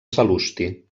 sal·lusti